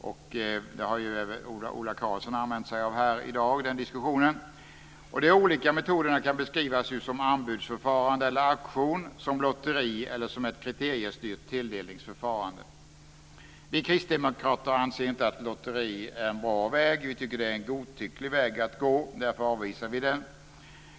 Även Ola Karlsson har här i dag tagit upp detta i diskussionen. De olika metoderna kan beskrivas som anbudsförfarande eller auktion, som lotteri eller som ett kriteriestyrt tilldelningsförfarande. Vi kristdemokrater anser inte att lotteri är en bra väg. Vi tycker att det är en godtycklig väg att gå. Därför avvisar vi den.